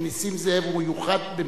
שנסים זאב הוא מיוחד במינו.